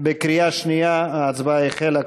בקריאה שנייה, ההצבעה החלה.